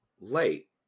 late